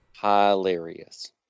Hilarious